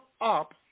up